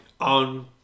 on